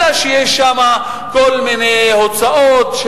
אלא שיש בו כל מיני הוצאות,